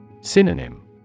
Synonym